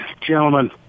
gentlemen